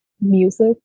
music